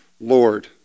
Lord